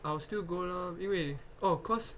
I will still go lor 因为 oh because